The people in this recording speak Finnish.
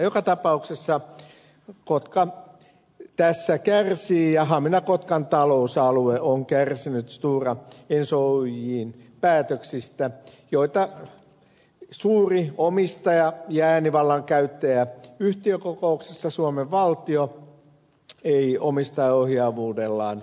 joka tapauksessa kotka tässä kärsii ja haminankotkan talousalue on kärsinyt stora enso oyjn päätöksistä joita suuri omistaja ja äänivallan käyttäjä yhtiökokouksessa suomen valtio ei omistajaohjaavuudellaan estänyt